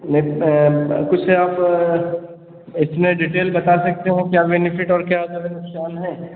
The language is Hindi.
नहीं कुछ आप एस्टिमेट डिटेल बता सकते हैं क्या बेनेफ़िट और क्या जो है नुकसान हैं